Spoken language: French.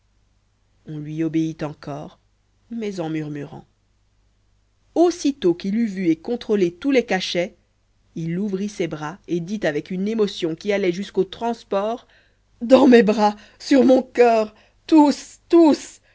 on lui obéit encore mais en murmurant aussitôt qu'il eut vu et contrôlé tous les cachets il ouvrit ses bras et dit avec une émotion qui allait jusqu'au transport dans mes bras sur mon coeur tous tous